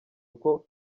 uko